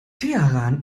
teheran